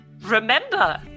remember